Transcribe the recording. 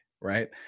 right